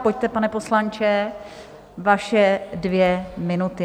Pojďte, pane poslanče, vaše dvě minuty.